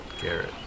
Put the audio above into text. Garrett